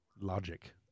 logic